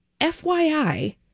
FYI